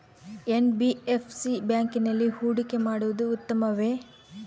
NBFC ಬ್ಯಾಂಕಿನಲ್ಲಿ ಹೂಡಿಕೆ ಮಾಡುವುದು ಉತ್ತಮವೆ?